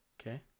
Okay